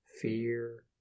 fear